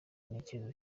ntekereza